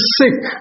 sick